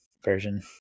version